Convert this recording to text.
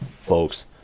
folks